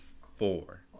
four